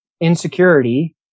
insecurity